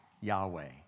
Yahweh